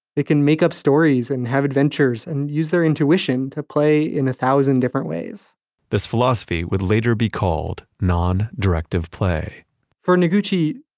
they can make up stories and have adventures and use their intuition to play in a thousand different ways this philosophy would later be called non-directive play for noguchi,